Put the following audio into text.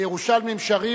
הירושלמים שרים